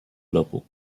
俱乐部